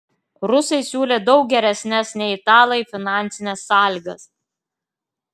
rusai siūlė daug geresnes nei italai finansines sąlygas